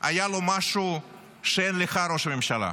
היה לו משהו שאין לך, ראש הממשלה,